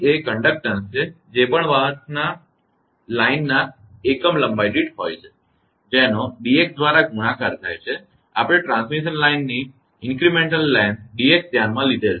અને G એ વાહકતા છે જે પણ લાઇનના એકમ દીઠ હોય છે જેનો dx દ્વારા ગુણાકાર થાય છે આપણે ટ્રાન્સમિશન લાઇનની વૃદ્ધિ લંબાઈ dx ધ્યાનમાં લીધેલ છે